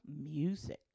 music